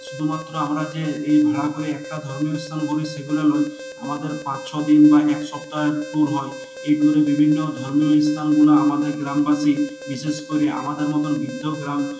শুধুমাত্র আমরা যে এই ভাড়া করে একটা ধর্মীয় স্থান বলি সেগুলা নয় আমাদের পাঁচ ছ দিন বা এক সপ্তাহের উপর হয় এর পরে বিভিন্ন ধর্মস্থানগুলো আমাদের গ্রামবাসী বিশেষ করে আমাদের মতোন বৃদ্ধ গ্রাম